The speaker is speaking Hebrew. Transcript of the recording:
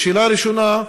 השאלה הראשונה: